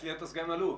שלום,